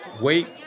Wait